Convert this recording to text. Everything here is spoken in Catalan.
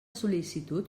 sol·licitud